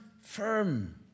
firm